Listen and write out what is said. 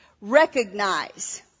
recognize